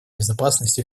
безопасностью